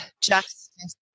justice